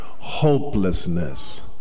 hopelessness